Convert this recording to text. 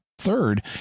Third